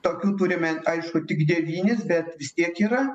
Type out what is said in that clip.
tokių turime aišku tik devynis bet vis tiek yra